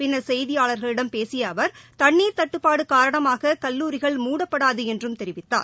பின்னர் செய்தியாளர்களிடம் பேசிய அவர் தண்ணீர் தட்டுப்பாடு காரணமாக கல்லூரிகள் மூடப்படாது என்றும் தெரிவித்தார்